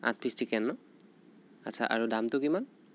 আঠ piece chicken ন' আচ্ছা আৰু দামটো কিমান